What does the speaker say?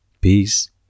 Peace